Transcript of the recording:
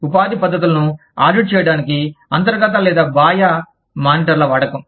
ఉపాధి పద్ధతులను ఆడిట్ చేయడానికి అంతర్గత లేదా బాహ్య మానిటర్ల వాడకం